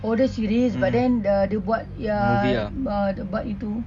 oh dia series but then the dia buat ya~ dia buat itu